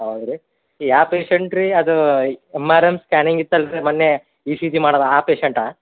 ಹೌದಾ ರೀ ಯಾವ ಪೇಶಂಟ್ ರೀ ಅದು ಎಮ್ ಆರ್ ಎಮ್ ಸ್ಕ್ಯಾನಿಂಗ್ ಇತ್ತಲ್ಲ ರಿ ಮೊನ್ನೆ ಇ ಸಿ ಜಿ ಮಾಡ್ದ ಆ ಪೇಶೆಂಟಾ